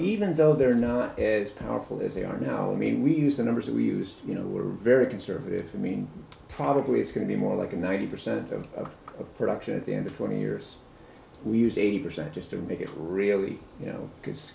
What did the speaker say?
even though they're not as powerful as they are now i mean we use the numbers that we used you know we're very conservative i mean probably it's going to be more like ninety percent of the production at the end of twenty years we use eighty percent just to make it really you know